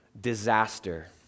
disaster